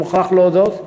אני מוכרח להודות.